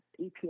EPA